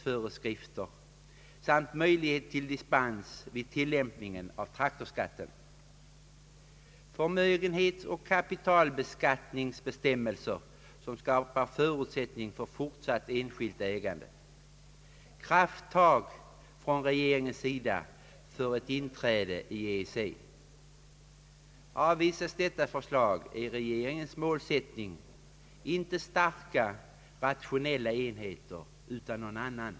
Förmögenhetsoch kvarlåtenskapsskattebestämmelser som skapar förutsättningar för fortsatt enskilt ägande. Avvisas de här förslagen är regeringens målsättning inte starka rationella enheter utan någon annan.